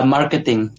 Marketing